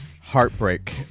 Heartbreak